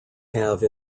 have